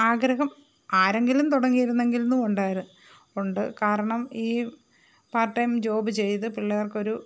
ആഗ്രഹം ആരെങ്കിലും തുടങ്ങിയിരുന്നെങ്കിൽ നിന്നും ഉണ്ടായിരുന്നു ഉണ്ട് കാരണം ഈ പാർട് ടൈം ജോബ് ചെയ്ത് പിള്ളേർക്ക് ഒരു